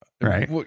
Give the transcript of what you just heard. right